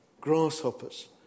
grasshoppers